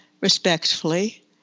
respectfully